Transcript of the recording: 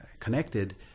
connected